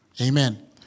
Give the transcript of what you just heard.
Amen